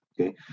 okay